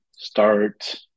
start